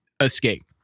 escape